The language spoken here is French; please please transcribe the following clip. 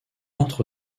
entre